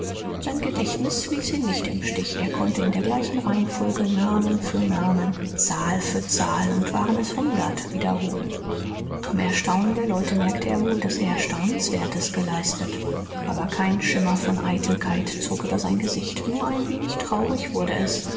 sein gedächtnis ließ ihn nicht im stich er konnte in der gleichen reihenfolge namen für namen zahl für zahl und waren es hundert wiederholen am erstaunen der leute merkte er wohl daß er staunenswertes geleistet aber kein schimmer von eitelkeit zog über sein gesicht nur ein wenig traurig wurde es